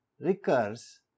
recurs